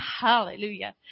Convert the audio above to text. Hallelujah